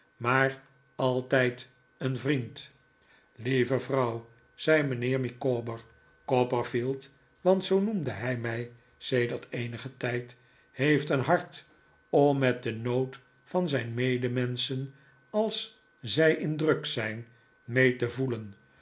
maar altijd een vriend lieve vrouw zei mijnheer micawber copperfield want zoo noemde hij mij sedert eenigen tijd heeft een hart om met den nood van zijn medemenschen als zij in druk zijn mee te voelen